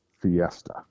fiesta